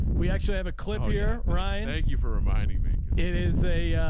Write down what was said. we actually have a clip here, ryan, thank you for reminding me. cause it is a,